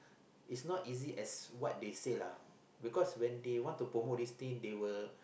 it's not easy as what they say lah because when they want to promote this thing they will